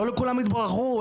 לא כולם התברכו,